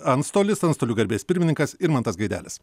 antstolis antstolių garbės pirmininkas irmantas gaidelis